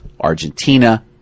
Argentina